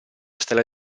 stelle